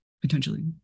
potentially